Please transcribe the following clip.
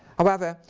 however,